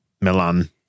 Milan